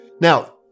Now